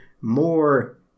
more